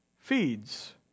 feeds